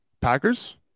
Packers